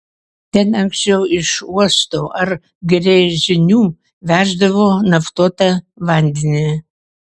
ten anksčiau iš uosto ar gręžinių veždavo naftuotą vandenį